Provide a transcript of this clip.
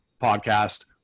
podcast